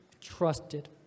trusted